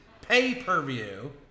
pay-per-view